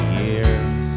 years